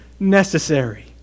necessary